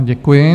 Děkuji.